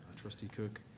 trustee cook.